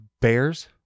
Bears